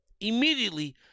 Immediately